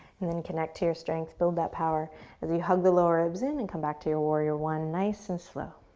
and then connect to your strength, build that power as you hug the lower ribs in and come back to your warrior i nice and slow.